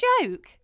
joke